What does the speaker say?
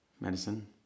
Medicine